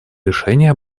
решение